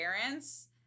parents